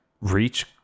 Reach